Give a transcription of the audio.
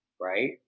right